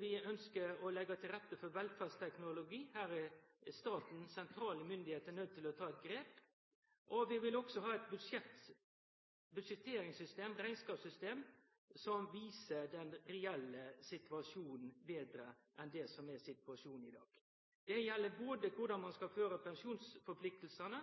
Vi ønskjer å legge til rette for velferdsteknologi. Her er staten – sentrale myndigheiter – nøydd til å ta eit grep. Vi vil også ha eit budsjetteringssystem eller rekneskapssystem som viser den reelle situasjonen betre enn det som er situasjonen i dag. Det gjeld både korleis ein skal